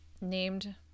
named